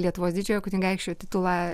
lietuvos didžiojo kunigaikščio titulą